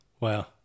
wow